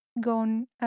gone